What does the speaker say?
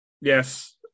Yes